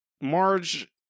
Marge